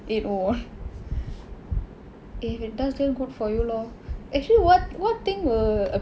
it won't if it does then good for you lor actually what what thing will